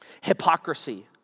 hypocrisy